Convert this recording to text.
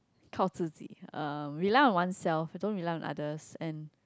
靠自己 um rely on oneself don't rely on others and